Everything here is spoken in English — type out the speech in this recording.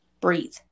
breathe